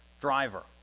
driver